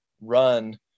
run